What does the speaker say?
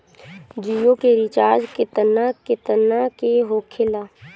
जियो के रिचार्ज केतना केतना के होखे ला?